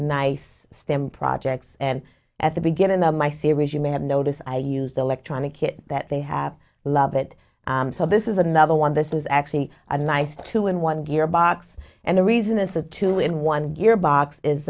nice stem projects and at the beginning of my series you may have noticed i used electronic kit that they have loved it so this is another one this is actually a nice two in one gear box and the reason it's a two in one gear box is